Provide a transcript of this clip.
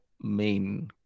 main